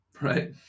Right